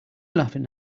laughing